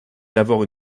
d’avoir